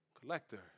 collector